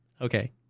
Okay